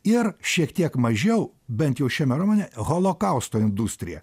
ir šiek tiek mažiau bent jau šiame romane holokausto industrija